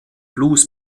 blues